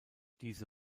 diese